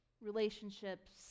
relationships